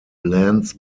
lance